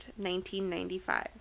1995